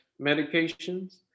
medications